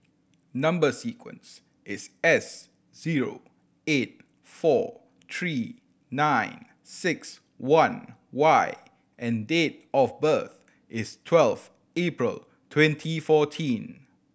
number sequence is S zero eight four three nine six one Y and date of birth is twelve April twenty fourteen